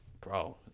bro